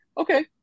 Okay